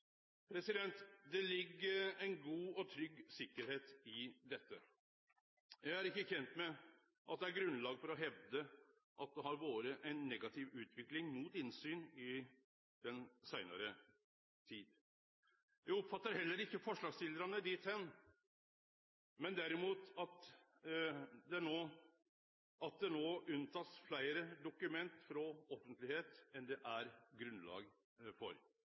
Det ligg ei god og trygg sikkerheit i dette. Eg er ikkje kjend med at det er grunnlag for å hevde at det har vore ei negativ utvikling mot innsyn i den seinare tida. Eg oppfattar heller ikkje forslagstillarane slik, men derimot at det er fleire dokument enn det er grunnlag for som no